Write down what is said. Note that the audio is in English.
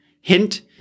Hint